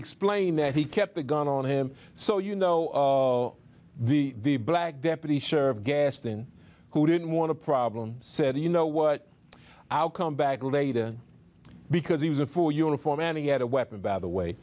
explained that he kept the gun on him so you know the black deputy sheriff gaston who didn't want a problem said you know what i'll come back later because it was a full uniform and he had a weapon by the way